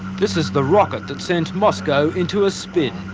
this is the rocket that sent moscow into a spin.